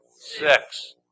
Six